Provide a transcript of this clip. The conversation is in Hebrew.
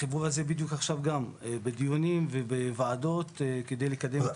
החיבור הזה בדיוק עכשיו גם בדיונים ובוועדות כדי לקדם.